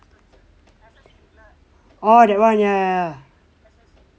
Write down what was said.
orh that one ya ya ya